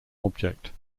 object